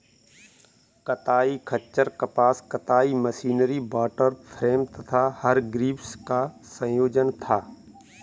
कताई खच्चर कपास कताई मशीनरी वॉटर फ्रेम तथा हरग्रीव्स का संयोजन था